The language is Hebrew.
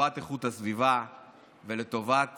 לטובת איכות הסביבה ולטובת